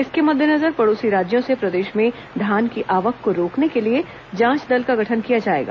इसके मद्देनजर पड़ोसी राज्यों से प्रदेश में धान की आवक को रोकने के लिए जांच दल का गठन किया जाएगा